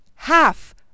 half